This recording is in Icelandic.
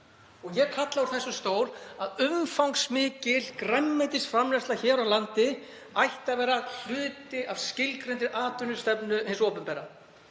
eftir því úr þessum stól að umfangsmikil grænmetisframleiðslu hér á landi ætti að vera hluti af skilgreindri atvinnustefnu hins opinbera.